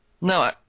no